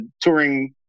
touring